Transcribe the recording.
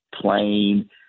plain